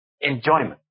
enjoyment